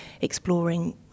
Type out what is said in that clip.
exploring